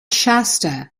shasta